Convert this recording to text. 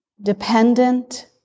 dependent